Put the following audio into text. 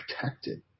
protected